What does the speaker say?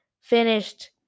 finished